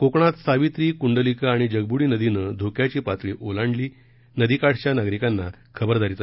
कोकणात सावित्री कुंडलिका आणि जगबुडी नदीनं धोक्याची पातळी ओलांडली नदीकाठच्या नागरिकांना खबरदारीचा